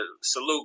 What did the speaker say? Salute